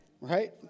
Right